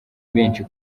benshi